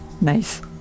Nice